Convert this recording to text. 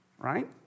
right